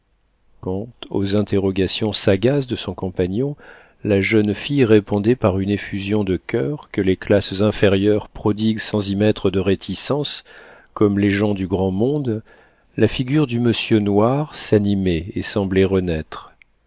quand aux interrogations sagaces de son compagnon la jeune fille répondait par une effusion de coeur que les classes inférieures prodiguent sans y mettre de réticences comme les gens du grand monde la figure du monsieur noir s'animait et semblait renaître